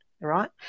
right